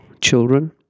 children